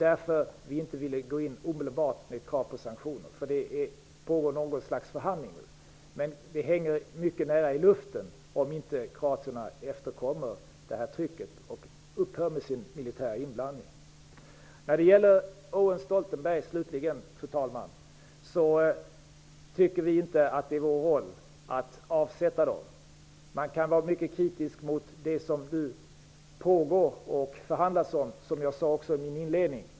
Därför vill vi inte gå in omedelbart med krav på sanktioner -- det pågår nu något slags förhandling. Men sådana ligger i luften om kroatierna inte efterkommer trycket och upphör med sin militära inblandning. Fru talman! Slutligen vill jag ta upp Owen och Stoltenberg. Vi tycker inte att det är vår uppgift att avsätta dem. Man kan vara mycket kritisk mot det som nu pågår och mot det som det förhandlas om; det sade jag också i min inledning.